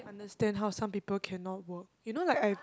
understand how some people cannot work you know like I